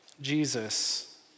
Jesus